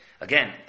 Again